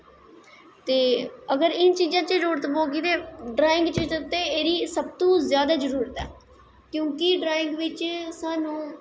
ते अगर इन्न चीज़ दी जरूरत पौह्गी ते ड्राईंग च ते एह्दी सबतू जादा जरूरत ऐ क्योंकि ड्राईंग ' बिच्च साह्नू